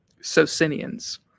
Socinians